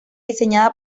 diseñada